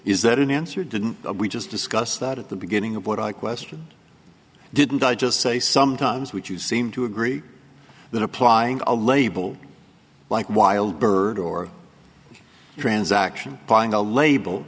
is that an answer didn't we just discussed that at the beginning of what i question didn't i just say sometimes which you seem to agree that applying a label like wild bird or transaction buying a label